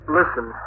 listen